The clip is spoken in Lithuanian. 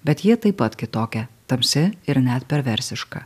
bet jie taip pat kitokia tamsi ir net perversiška